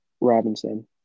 Robinson